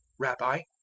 rabbi,